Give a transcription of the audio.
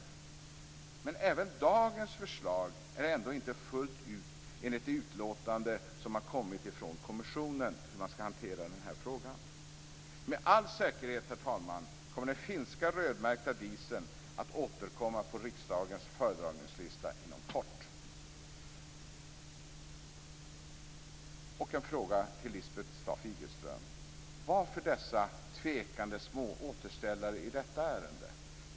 Inte heller dagens förslag är fullt ut i enlighet med det utlåtande som har kommit från kommissionen om hur man skall hantera den här frågan. Med all säkerhet, herr talman, kommer frågan om den finska rödmärkta dieseln att återkomma på riksdagens föredragningslista inom kort. Jag frågar Lisbeth Staaf-Igelström: Varför dessa tvekande små återställare i detta ärende?